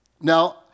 Now